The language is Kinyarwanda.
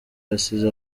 yasize